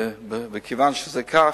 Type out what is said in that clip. כיוון שזה כך,